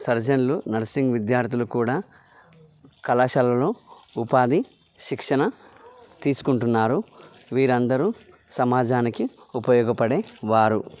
సర్జన్లు nursing విద్యార్థులు కూడా కళాశాలలో ఉపాధి శిక్షణ తీసుకుంటున్నారు వీరందరూ సమాజానికి ఉపయోగపడే వారు